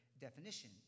definition